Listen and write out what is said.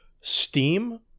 Steam